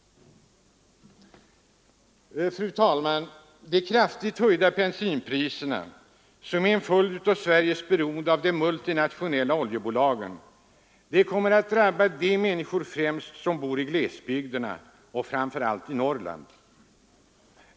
Fru talman! De kraftigt höjda bensinpriserna, som är en följd av Sveriges beroende av de multinationella oljebolagen, kommer att drabba främst de människor som bor i glesbygderna och framför allt i Norrland.